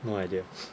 no idea